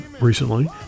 recently